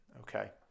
Okay